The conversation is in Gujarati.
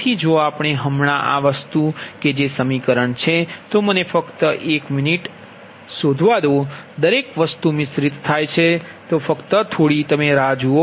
તેથી જો આપણે હમણાં આ વસ્તુ કે જે સમીકરણ છે તો મને ફક્ત 1 મિનિટ શોધવા દો દરેક વસ્તુ મિશ્રિત થાય છે તો ફક્ત થોડી રાહ જૂઓ